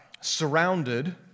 surrounded